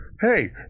Hey